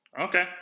Okay